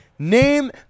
Name